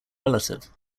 relative